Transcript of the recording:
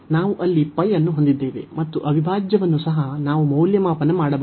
ನಾವು ಅಲ್ಲಿ ಅನ್ನು ಹೊಂದಿದ್ದೇವೆ ಮತ್ತು ಅವಿಭಾಜ್ಯವನ್ನು ಸಹ ನಾವು ಮೌಲ್ಯಮಾಪನ ಮಾಡಬಹುದು